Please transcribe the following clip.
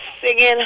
singing